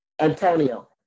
Antonio